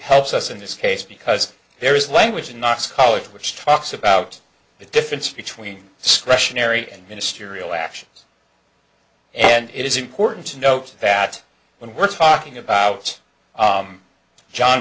helps us in this case because there is language in knox college which talks about the difference between scrushy narry and ministerial actions and it is important to note that when we're talking about john